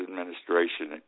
administration